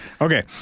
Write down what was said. Okay